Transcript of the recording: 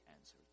answered